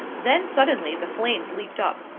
then suddenly the flames leaped up.